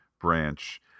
branch